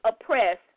oppressed